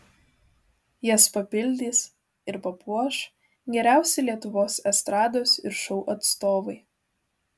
jas papildys ir papuoš geriausi lietuvos estrados ir šou atstovai